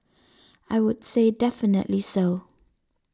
I would say definitely so